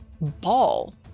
ball